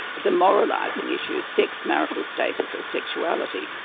the moralising issues sex, marital status or sexuality,